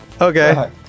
Okay